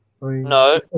No